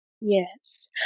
Yes